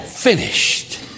finished